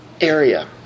area